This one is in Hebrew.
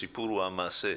הסיפור הוא המעשה.